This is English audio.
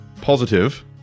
positive